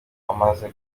amaze